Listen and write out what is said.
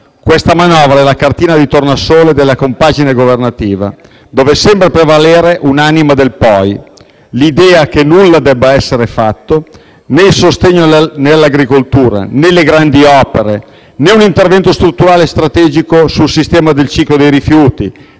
Questa manovra è la cartina di tornasole della compagine governativa, dove sembra prevalere un'anima del poi; l'idea che nulla debba essere fatto: né il sostegno all'agricoltura né le grandi opere, né un intervento strutturale e strategico sulla raccolta e sul riciclo dei rifiuti